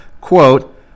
quote